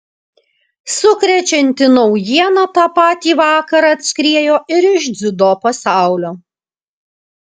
sukrečianti naujiena tą patį vakarą atskriejo ir iš dziudo pasaulio